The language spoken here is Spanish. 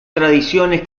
tradiciones